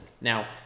Now